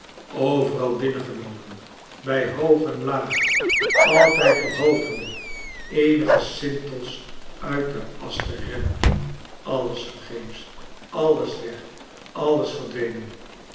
overal binnen geloopen bij hoog en laag altijd nog hopende eenige sintels uit de asch te redden alles vergeefsch alles yeg alles verdwencn